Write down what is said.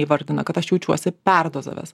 įvardina kad aš jaučiuosi perdozavęs